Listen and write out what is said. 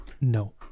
No